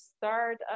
start